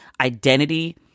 identity